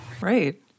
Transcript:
Right